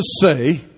say